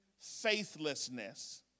faithlessness